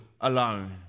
alone